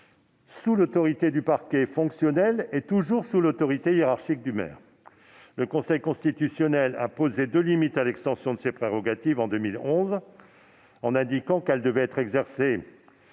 sous l'autorité du parquet fonctionnel et toujours sous l'autorité hiérarchique du maire. En 2011, le Conseil constitutionnel a posé deux limites à l'extension de ces prérogatives, en indiquant qu'elles devaient être exercées